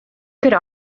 could